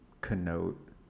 connote